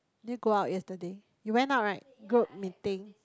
did you go out yesterday you went out right group meeting